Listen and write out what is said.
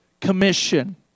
commission